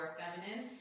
feminine